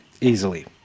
easily